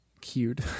Cute